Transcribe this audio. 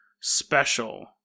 special